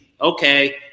Okay